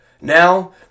Now